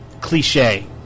cliche